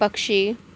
पक्षी